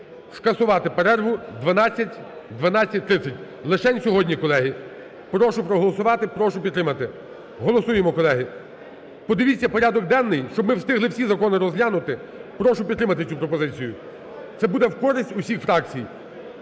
скасувати перерву 12.00 -12.30. Лишень сьогодні, колеги. Прошу проголосувати. Прошу підтримати. Голосуємо, колеги. Подивіться порядок денний. Щоб ми встигли всі закони розглянути, прошу підтримати цю пропозицію. Це буде в користь усіх фракцій.